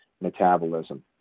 metabolism